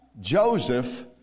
Joseph